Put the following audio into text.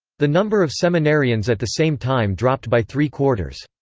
the number of seminarians at the same time dropped by three quarters.